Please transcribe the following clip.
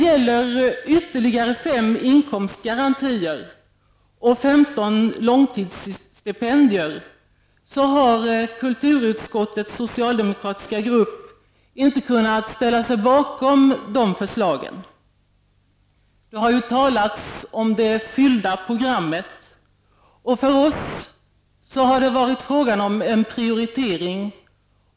Kulturutskottets socialdemokratiska grupp har inte kunnat ställa sig bakom förslagen om ytterligare 5 inkomstgarantier och 15 långtidsstipendier. Det har ju talats om det fyllda programmet, och för oss har det varit fråga om en prioritering.